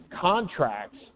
contracts